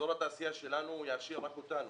אזור התעשייה שלנו יעשיר רק אותנו,